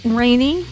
rainy